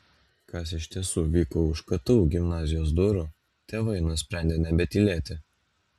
kas iš tiesų vyko už ktu gimnazijos durų tėvai nusprendė nebetylėti